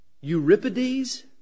Euripides